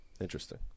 Interesting